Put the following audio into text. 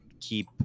keep